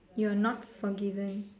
you're not forgiven